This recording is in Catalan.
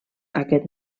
aquest